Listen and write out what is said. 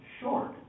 short